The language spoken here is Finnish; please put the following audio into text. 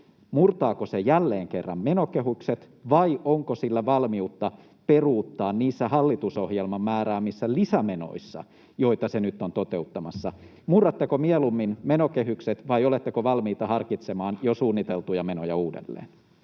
murtaako se jälleen kerran menokehykset vai onko sillä valmiutta peruuttaa niissä hallitusohjelman määräämissä lisämenoissa, joita se nyt on toteuttamassa. Murratteko mieluummin menokehykset vai oletteko valmiita harkitsemaan jo suunniteltuja menoja uudelleen?